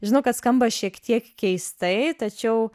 žinau kad skamba šiek tiek keistai tačiau